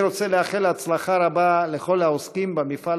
אני רוצה לאחל הצלחה רבה לכל העוסקים במפעל